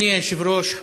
אדוני היושב-ראש,